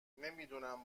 نمیدونم